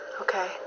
Okay